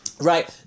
Right